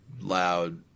loud